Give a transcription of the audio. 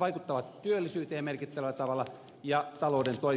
vaikuttavat työllisyyteen ja talouden toipumiseen merkittävällä tavalla